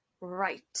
right